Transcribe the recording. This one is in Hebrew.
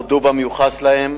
הודו במיוחס להם,